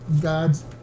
God's